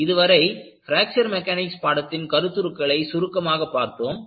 இதுவரை fracture mechanics பாடத்தின் கருத்துருக்களை சுருக்கமாக பார்த்தோம்